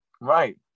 Right